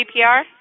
CPR